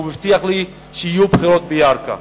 והוא הבטיח לי שיהיו בחירות בירכא.